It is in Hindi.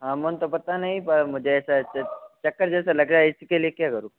हार्मोन तो पता नहीं पर मुझे ऐसा चक्कर जैसा लग रहा है इसके लिए क्या करूँ